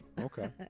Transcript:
Okay